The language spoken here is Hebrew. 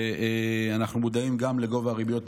ואנחנו מודעים גם לגובה הריביות במשק.